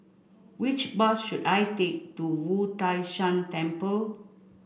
which bus should I take to Wu Tai Shan Temple